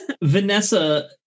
Vanessa